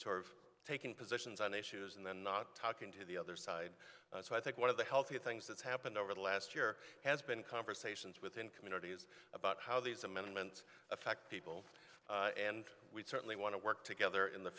sort of taking positions on issues and then not talking to the other side so i think one of the healthy things that's happened over the last year has been conversations within communities about how these amendments affect people and we certainly want to work together in the